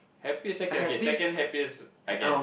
happiest second okay second happiest I can